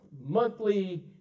monthly